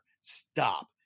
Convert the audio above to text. Stop